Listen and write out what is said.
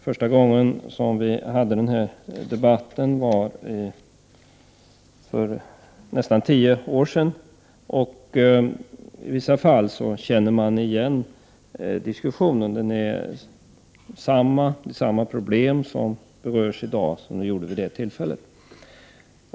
Första gången vi hade den här debatten var för nästan tio år sedan, och i vissa fall känner man igen diskussionen; samma problem berörs i dag som vid det tillfället.